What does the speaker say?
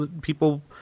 people